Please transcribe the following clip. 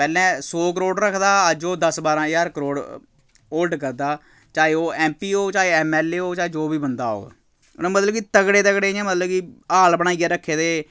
पैह्लें सौ करोड़ रखदा अज्ज ओह् दस बारां ज्हार करोड़ होल्ड करदा चाहे ओह् एम पी होग चाहे एम एल ए होग चाहे जो बी बंदा होग उ'नें मतलब कि तगड़े तगड़े इ'यां मतलब कि हाल बनाइयै रक्खे दे